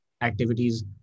activities